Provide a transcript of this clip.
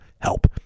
help